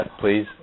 please